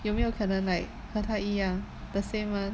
有没有可能 like 和他一样 the same one